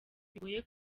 bigoye